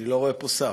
אני לא רואה פה שר.